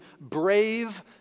brave